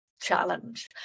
challenge